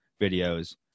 videos